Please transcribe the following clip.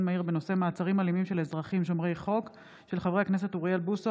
מהיר בהצעתם של חברי הכנסת אוריאל בוסו,